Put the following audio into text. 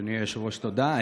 אדוני היושב-ראש, תודה.